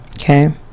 Okay